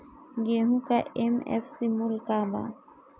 गेहू का एम.एफ.सी मूल्य का बा?